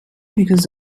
because